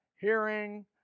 hearing